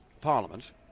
Parliament